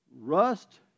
rust